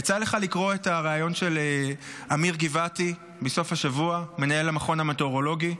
יצא לך לקרוא את הריאיון בסוף השבוע עם אמיר גבעתי,